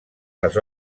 les